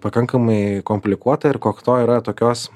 pakankamai komplikuota ir kokto yra tokios